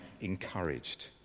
encouraged